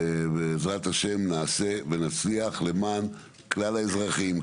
בעזרת השם נעשה ונצליח למען כלל האזרחים,